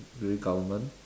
really government